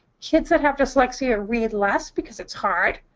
kids that have dyslexia read less because it's hard,